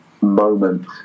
moment